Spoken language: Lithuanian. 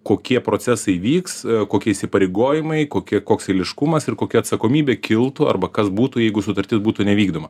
kokie procesai vyks kokie įsipareigojimai kokie koks eiliškumas ir kokia atsakomybė kiltų arba kas būtų jeigu sutartis būtų nevykdoma